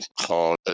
called